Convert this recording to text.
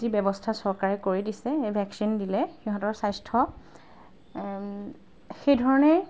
যি ব্যৱস্থা চৰকাৰে কৰি দিছে এই ভেকচিন দিলে সিহঁতৰ স্বাস্থ্য সেইধৰণেই